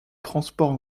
transports